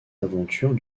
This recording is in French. aventures